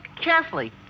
carefully